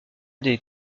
des